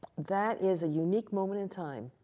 that is a unique moment in time.